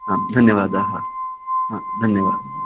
आम् धन्यवादाः धन्यवादः